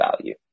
value